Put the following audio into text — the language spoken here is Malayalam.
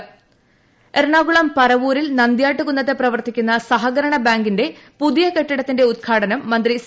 ട്ടടടടടടടടട ഉദ്ഘാടനം എറണാകുളം പറവൂരിൽ നന്ത്യാട്ടുകുന്നത്ത് പ്രവർത്തിക്കുന്ന സഹകരണ ബാങ്കിന്റെ പുതിയ കെട്ടിടത്തിന്റെ ഉദ്ഘാടനം മന്ത്രി സി